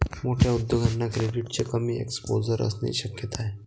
मोठ्या उद्योगांना क्रेडिटचे कमी एक्सपोजर असण्याची शक्यता आहे